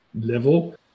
level